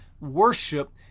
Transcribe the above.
worship